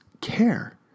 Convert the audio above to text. care